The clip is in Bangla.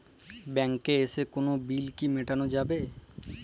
ব্যাংকে এসে কোনো বিল কি মেটানো যাবে?